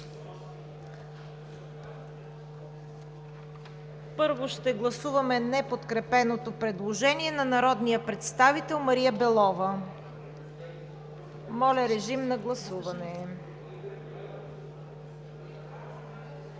Първо ще гласуваме неподкрепеното предложение на народния представител Мария Белова. Гласували